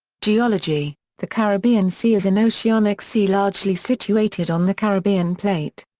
geology the caribbean sea is an oceanic sea largely situated on the caribbean plate.